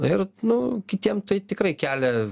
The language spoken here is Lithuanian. ir nu kitiem tai tikrai kelia